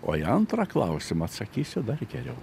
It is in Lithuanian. o į antrą klausimą atsakysiu dar geriau